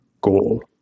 goal